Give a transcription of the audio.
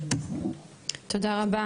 תודה רבה